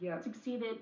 succeeded